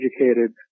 educated